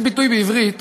יש ביטוי בעברית: